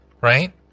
Right